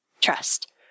trust